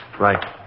Right